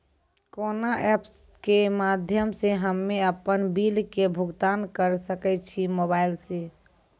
कोना ऐप्स के माध्यम से हम्मे अपन बिल के भुगतान करऽ सके छी मोबाइल से?